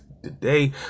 today